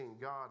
God